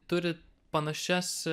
turi panašias